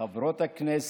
את חברות הכנסת